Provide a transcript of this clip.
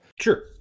sure